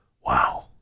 Wow